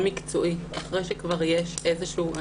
מקצועי אחרי שכבר יש איזשהו סטטוס קוו.